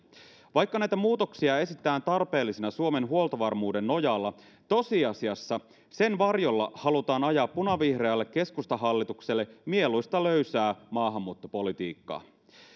vaikka näitä muutoksia esitetään tarpeellisina suomen huoltovarmuuden nojalla tosiasiassa sen varjolla halutaan ajaa punavihreälle keskustahallitukselle mieluista löysää maahanmuuttopolitiikkaa